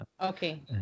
Okay